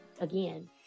again